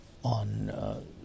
On